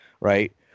right